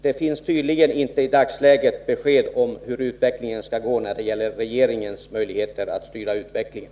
Det finns tydligen i dagsläget inte något besked att ge när det gäller regeringens möjligheter att styra utvecklingen.